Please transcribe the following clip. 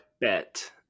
Bet